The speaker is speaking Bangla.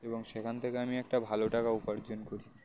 এবং সেখান থেকে আমি একটা ভালো টাকা উপার্জন করি